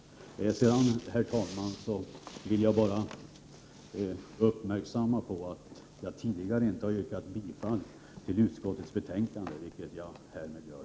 Sedan vill jag, herr talman, bara tillägga att jag tidigare inte har yrkat bifall till hemställan i utskottets betänkande, vilket jag härmed gör.